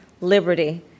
liberty